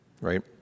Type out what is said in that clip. right